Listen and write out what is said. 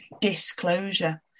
disclosure